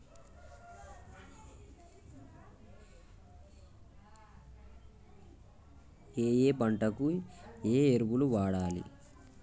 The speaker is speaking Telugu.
ఏయే పంటకు ఏ ఎరువులు వాడాలి?